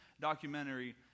documentary